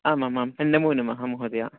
आमामां नमो नमः महोदय